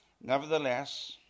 Nevertheless